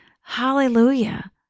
hallelujah